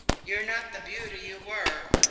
you're not the beauty you were,